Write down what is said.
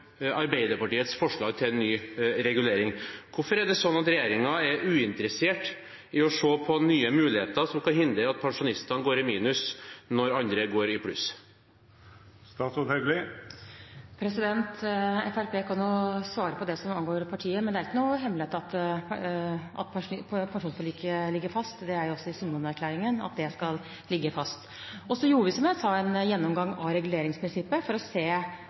Arbeiderpartiets forslag til ny regulering. Hvorfor er det slik at regjeringen er uinteressert i å se på nye muligheter som kan hindre at pensjonistene går i minus når andre går i pluss? Fremskrittspartiet kan jo svare på det som angår partiet, men det er ikke noen hemmelighet at pensjonsforliket ligger fast. Det står også i Sundvolden-erklæringen at det skal ligge fast. Så gjorde vi, som jeg sa, en gjennomgang av reguleringsprinsippet for å se